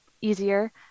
easier